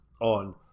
on